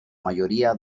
mayoría